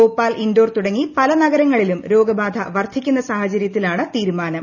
ഭോപ്പാൽ ഇൻഡോർ തുടങ്ങി പല നഗരങ്ങളിലും രോഗബ്ബുക്കൂർധിക്കുന്ന സാഹചര്യത്തി ലാണ് തീരുമാനം